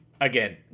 again